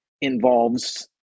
involves